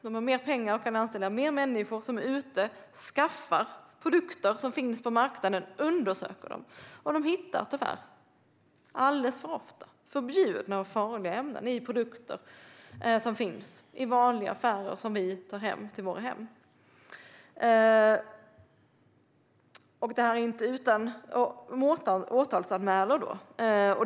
De har mer pengar och kan anställa fler människor. De är ute och hämtar produkter som finns på marknaden och undersöker dem. De hittar tyvärr alldeles för ofta förbjudna och farliga ämnen i produkter som finns i vanliga affärer och som vi tar med oss till våra hem. De åtalsanmäler då.